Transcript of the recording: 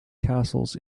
castles